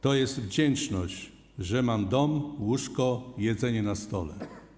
To jest wdzięczność, że mam dom, łóżko, jedzenie na stole.